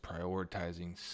prioritizing